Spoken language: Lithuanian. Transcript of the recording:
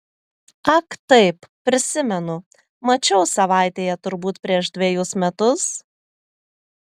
ak taip prisimenu mačiau savaitėje turbūt prieš dvejus metus